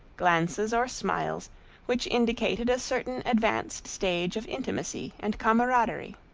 glances or smiles which indicated a certain advanced stage of intimacy and camaraderie.